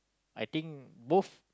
I think both